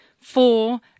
four